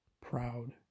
proud